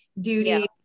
duty